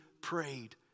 prayed